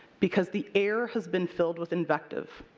because the air has been filled with invective,